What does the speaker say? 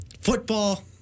football